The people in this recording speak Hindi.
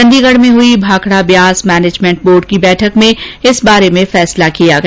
चंडीगढ में हुई भाखड़ा ब्यास मैनेजमेंट बोर्ड की बैठक में इस बारे में फैसला किया गया